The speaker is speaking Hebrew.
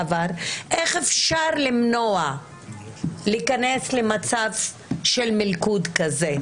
איך אפשר למנוע להיכנס למלכוד כזה,